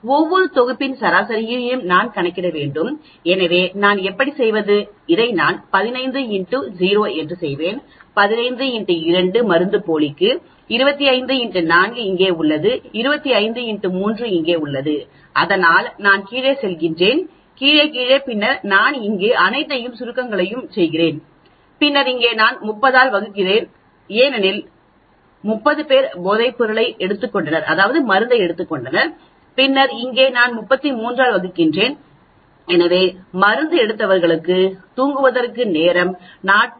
ஒவ்வொரு தொகுப்பின் சராசரியையும் நான் கணக்கிட வேண்டும் எனவே நான் எப்படி செய்வது இதை நான் 15 x 0 செய்வேன் 15 x 2 மருந்துப்போலிக்கு 25 x4 இங்கே உள்ளது 25 x 3 இங்கே உள்ளது அதனால் நான் கீழே செல்கிறேன் கீழே கீழே பின்னர் நான் இங்கே அனைத்து சுருக்கங்களையும் செய்கிறேன் பின்னர் இங்கே நான் 30 ஆல் வகுக்கிறேன் ஏனெனில் 30 பேர் போதைப்பொருளை எடுத்துக் கொண்டனர் பின்னர் இங்கே நான் 33 ஆல் வகுக்கிறேன் எனவே மருந்து எடுத்தவர்களுக்கு தூங்குவதற்கு நேரம் 40